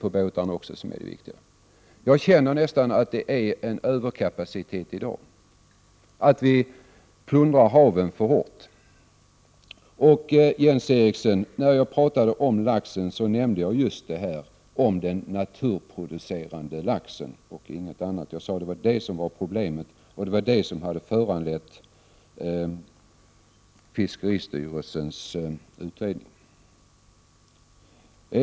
Jag menar att det nästan är en överkapacitet i dag, att vi plundar haven för hårt. När jag, Jens Eriksson, talade om lax nämnde jag just detta med den naturproducerande laxen och ingenting annat. Jag sade att det var den som utgjorde problemet och som hade föranlett fiskeristyrelsens utredning.